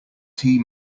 tea